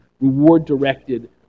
reward-directed